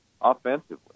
offensively